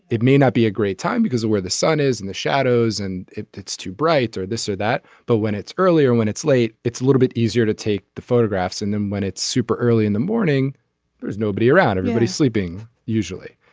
it may not be a great time because of where the sun is in the shadows and if it's too bright or this or that but when it's early or when it's late it's a little bit easier to take the photographs and then when it's super early in the morning there's nobody around everybody sleeping usually.